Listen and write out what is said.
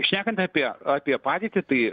šnekant apie apie padėtį tai